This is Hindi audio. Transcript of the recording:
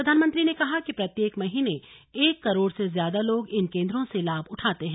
प्रधानमंत्री ने कहा कि प्रत्येक महीने एक करोड़ से ज्यादा लोग इन केन्द्रों से लाभ उठाते हैं